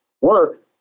work